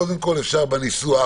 אפשר בניסוח